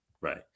Right